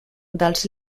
dels